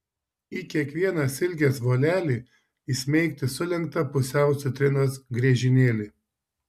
į kiekvieną silkės volelį įsmeigti sulenktą pusiau citrinos griežinėlį